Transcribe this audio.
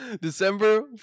December